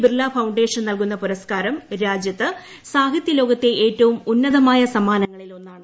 Birla foundation നൽകുന്ന പുരസ്ക്കാരം രാജ്യത്ത് സാഹിത്യലോകത്തെ ഏറ്റവും ഉന്നതമായ സമ്മാനങ്ങളിലൊന്നാണ്